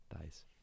dice